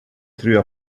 through